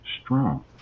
strong